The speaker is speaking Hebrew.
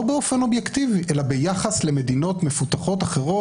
לא באופן אובייקטיבי אלא ביחס למדינות מפותחות אחרות,